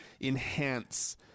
enhance